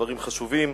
דברים חשובים,